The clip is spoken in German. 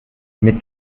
mit